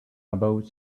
about